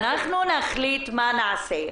נחליט מה נעשה.